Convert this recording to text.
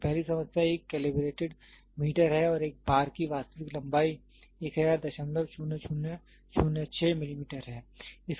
तो पहली समस्या एक कैलिब्रेटेड मीटर है और एक बार की वास्तविक लंबाई 10000006 मिलीमीटर है